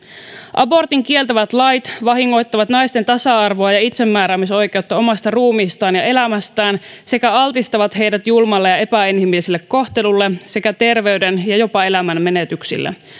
abortin kieltävät lait vahingoittavat naisten tasa arvoa ja itsemääräämisoikeutta omasta ruumiistaan ja elämästään sekä altistavat heidät julmalle ja epäinhimilliselle kohtelulle sekä terveyden ja jopa elämän menetyksille